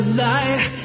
light